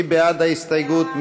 מי בעד ההסתייגות?